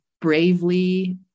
bravely